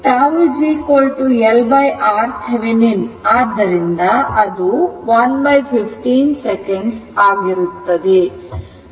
τ LRThevenin ಆದ್ದರಿಂದ ಅದು 115 second ಆಗುತ್ತದೆ